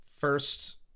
First